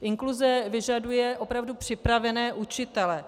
Inkluze vyžaduje opravdu připravené učitele.